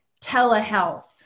telehealth